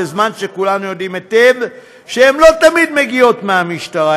בזמן שכולנו יודעים היטב שהן לא תמיד מגיעות מהמשטרה,